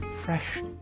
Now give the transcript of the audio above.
fresh